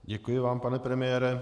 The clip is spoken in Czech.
Děkuji vám, pane premiére.